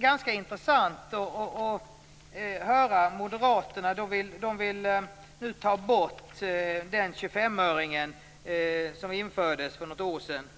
är intressant att höra moderaterna. De vill ta bort höjningen av bensinskatten med 25 öre som infördes för något år sedan.